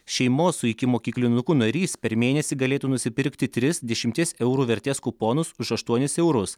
šeimos su ikimokyklinuku narys per mėnesį galėtų nusipirkti tris dešimties eurų vertės kuponus už aštuonis eurus